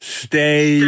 stay